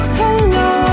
hello